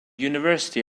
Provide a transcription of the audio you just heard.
university